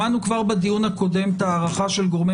שמענו כבר בדיון הקודם את ההערכה של גורמי